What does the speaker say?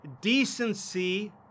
Decency